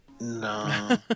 No